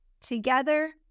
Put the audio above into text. together